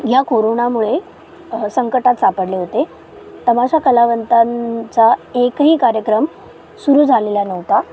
या कोरोनामुळे संकटात सापडले होते तमाशा कलावंतांचा एकही कार्यक्रम सुरू झालेला नव्हता